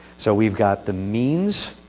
so we've got the means,